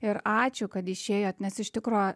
ir ačiū kad išėjot nes iš tikro